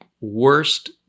worst